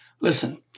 Listen